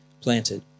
planted